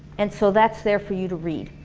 and so that's there for you to read.